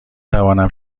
توانم